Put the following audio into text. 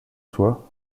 soit